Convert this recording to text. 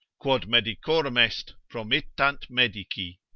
quod medicorum est promittant medici.